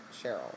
Cheryl